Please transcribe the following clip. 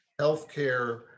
healthcare